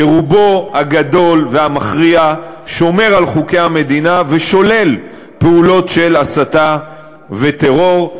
שרובו הגדול והמכריע שומר על חוקי המדינה ושולל פעולות של הסתה וטרור,